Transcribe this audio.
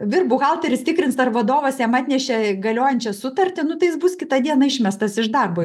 vyr buhalteris tikrins ar vadovas jam atnešė galiojančią sutartį nu tai jis bus kitą dieną išmestas iš darbo